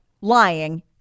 lying